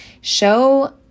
Show